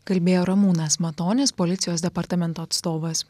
kalbėjo ramūnas matonis policijos departamento atstovas